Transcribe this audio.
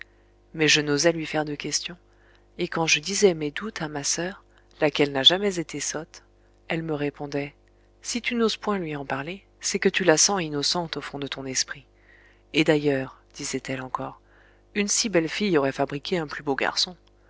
mais je n'osais lui faire de questions et quand je disais mes doutes à ma soeur laquelle n'a jamais été sotte elle ne répondait si tu n'oses point lui en parler c'est que tu la sens innocente au fond de ton esprit et d'ailleurs disait-elle encore une si belle fille aurait fabriqué un plus beau garçon